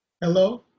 Hello